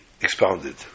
expounded